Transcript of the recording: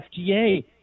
FDA